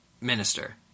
minister